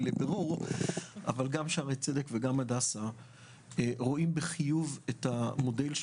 לבירור - גם שערי צדק וגם הדסה רואים בחיוב את המודל של